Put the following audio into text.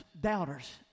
doubters